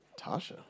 Tasha